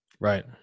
right